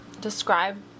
describe